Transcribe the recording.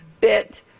Bit